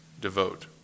devote